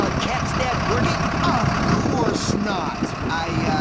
ah can't stand working? of course not. i. yeah